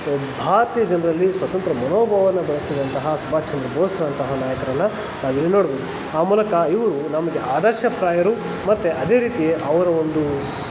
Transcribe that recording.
ಭಾರತೀಯ ಜನರಲ್ಲಿ ಸ್ವತಂತ್ರ ಮನೋಭಾವವನ್ನು ಬೆಳೆಸಿದಂತಹ ಸುಭಾಷ್ ಚಂದ್ರ ಬೋಸ್ರಂತಹ ನಾಯಕರನ್ನು ನಾವಿಲ್ಲಿ ನೋಡ್ಬೋದು ಆ ಮೂಲಕ ಇವರು ನಮಗೆ ಆದರ್ಶಪ್ರಾಯರು ಮತ್ತು ಅದೇ ರೀತಿ ಅವರ ಒಂದು